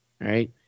right